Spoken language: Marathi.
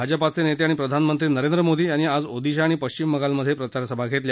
भाजपा नेते आणि प्रधानमंत्री नरेंद्र मोदी यांनी आज ओदिशा आणि पश्चिम बंगामधे प्रचारसभा घेतल्या